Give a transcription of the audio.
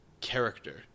character